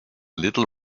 little